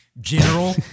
General